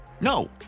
no